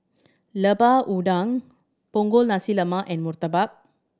Lemper Udang Punggol Nasi Lemak and murtabak